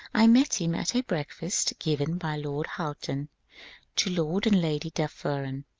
i met him at a breakfast given by lord houghton to lord and lady dufferin,